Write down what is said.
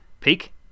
peak